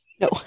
No